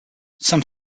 some